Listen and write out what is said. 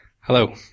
Hello